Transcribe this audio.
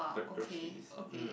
choreographies mm